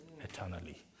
eternally